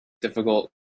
difficult